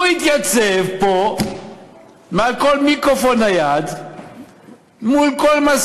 הוא התייצב פה ליד כל מיקרופון נייד,